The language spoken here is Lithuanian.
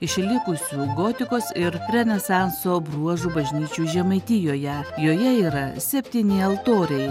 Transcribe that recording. išlikusių gotikos ir renesanso bruožų bažnyčių žemaitijoje joje yra septyni altoriai